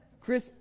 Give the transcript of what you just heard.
Chris